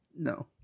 No